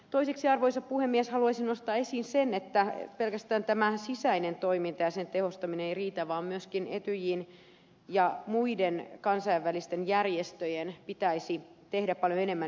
toiseksi arvoisa puhemies haluaisin nostaa esiin sen että pelkästään tämä sisäinen toiminta ja sen tehostaminen ei riitä vaan myöskin etyjin ja muiden kansainvälisten järjestöjen pitäisi tehdä paljon enemmän yhteistyötä